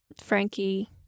Frankie